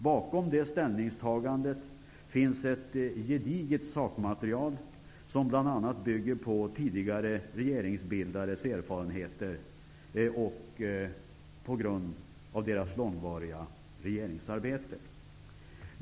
Bakom det ställningstagandet finns ett gediget sakmaterial som bl.a. bygger på tidigare regeringsbildares erfarenheter på grund av deras långvariga regeringsarbete.